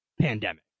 pandemic